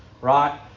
Right